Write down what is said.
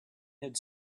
had